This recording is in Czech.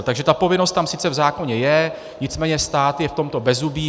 Takže ta povinnost sice v zákoně je, nicméně stát je v tomto bezzubý.